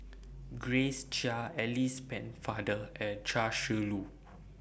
Grace Chia Alice Pennefather and Chia Shi Lu